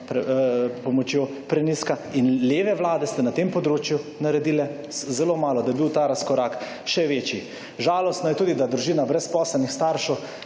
pomočjo prenizka in leve vlade ste na tem področju naredile zelo malo, da je bil ta razkorak še večji. Žalostno je tudi, da družina brezposelnih staršev,